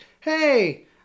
Hey